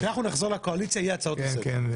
כשאנחנו נחזור לקואליציה יהיו הצעת לסדר.